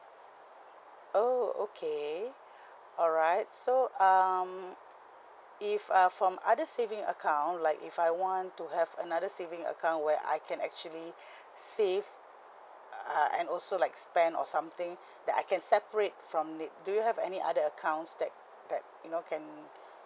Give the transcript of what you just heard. oh okay alright so um if uh from other saving account like if I want to have another saving account where I can actually save uh and also like spend or something that I can separate from the do you have any other accounts that that you know can